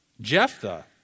Jephthah